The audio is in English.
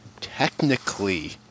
technically